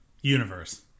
universe